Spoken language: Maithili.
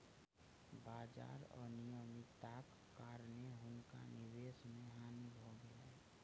बाजार अनियमित्ताक कारणेँ हुनका निवेश मे हानि भ गेलैन